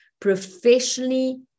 professionally